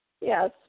Yes